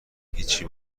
هیچی